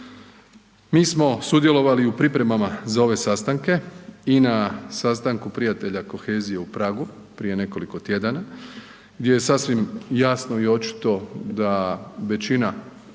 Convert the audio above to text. Mi smo sudjelovali u pripremama za ove sastanke i na sastanku prijatelja kohezije u Pragu prije nekoliko tjedana gdje je sasvim jasno i očito da većina